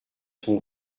son